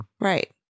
Right